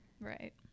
Right